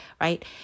right